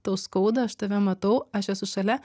tau skauda aš tave matau aš esu šalia